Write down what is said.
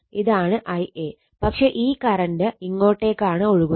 ഇതാണ് Ia പക്ഷേ ഈ കറണ്ട് ഇങ്ങോട്ടേക്കാണ് ഒഴുകുന്നത്